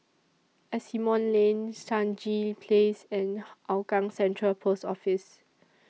Asimont Lane Stangee Place and Hougang Central Post Office